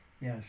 Yes